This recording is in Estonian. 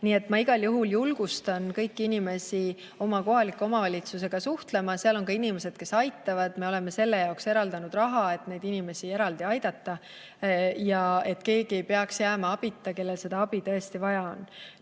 Nii et ma igal juhul julgustan kõiki inimesi oma kohaliku omavalitsusega suhtlema. Seal on ka inimesed, kes aitavad. Me oleme selle jaoks eraldanud raha, et neid inimesi eraldi aidata ja et keegi ei peaks jääma abita, kellel seda abi tõesti vaja